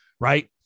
right